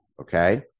Okay